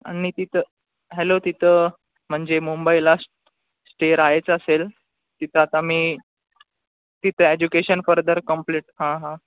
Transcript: आणि तिथं हॅलो तिथं म्हणजे मुंबईला स्टे राहायचं असेल तिथं आता मी तिथं एज्युकेशन फर्दर कंप्लीट हां हां